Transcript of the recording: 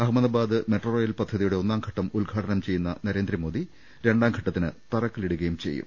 Ahmedabad metro rail പദ്ധതി യുടെ ഒന്നാംഘട്ടം ഉദ്ഘാടനം ചെയ്യുന്ന നരേന്ദ്രമോദി രണ്ടാംഘട്ട ത്തിന് തറക്കല്പിടുകയും ചെയ്യും